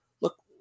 look